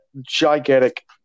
gigantic